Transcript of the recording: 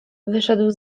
wyszedł